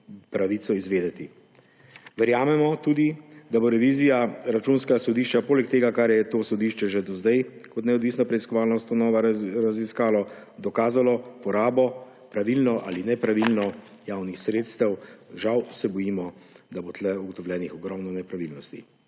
pravico izvedeti. Verjamemo tudi, da bo revizija Računskega sodišča poleg tega, kar je to sodišče že do zdaj kot neodvisna preiskovalna ustanova raziskala, dokazala porabo, pravilno ali nepravilno, javnih sredstev. Žal se bojimo, da bo tu ugotovljenih ogromno nepravilnosti,